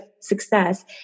success